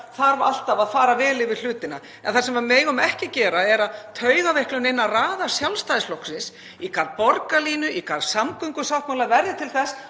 þarf alltaf að fara vel yfir hlutina en það sem við megum ekki gera er að taugaveiklun innan raða Sjálfstæðisflokksins í garð borgarlínu, í garð samgöngusáttmála verði til þess